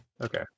Okay